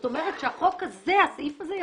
לא